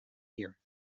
here